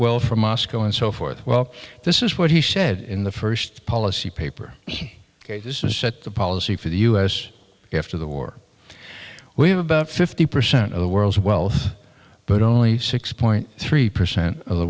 well from moscow and so forth well this is what he said in the first policy paper this is set the policy for the u s after the war we have about fifty percent of the world's wealth but only six point three percent of the